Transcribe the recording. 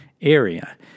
area